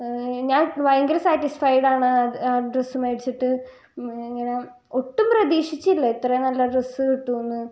ഞാൻ ഭയങ്കര സാറ്റിസ്ഫൈഡ് ആണ് അത് ആ ഡ്രെസ്സ് മേടിച്ചിട്ട് ഇങ്ങനെ ഒട്ടും പ്രതീഷിച്ചില്ല ഇത്രയും നല്ല ഡ്രെസ്സ് കിട്ടുമെന്ന്